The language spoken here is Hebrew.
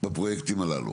בפרויקטים הללו?